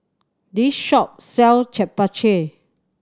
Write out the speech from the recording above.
this shop sell Japchae